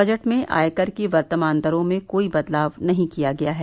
budget में आयकर की वर्तमान दरों में कोई बदलाव नही किया गया है